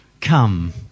Come